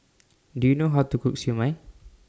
Do YOU know How to Cook Siew Mai